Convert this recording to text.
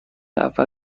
اول